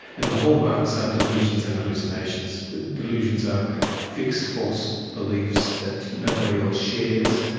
and the hallmarks are delusions and hallucinations. the delusions are fixed false beliefs that nobody else shares,